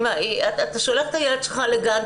אתה שולח את הילד שלך לגן,